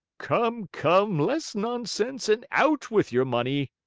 come, come, less nonsense, and out with your money!